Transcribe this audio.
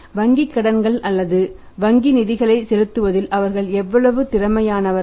வங்கி கடன்கள் அல்லது வங்கி நிதிகளை செலுத்துவதில் அவர்கள் எவ்வளவு திறமையானவர்கள்